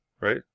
right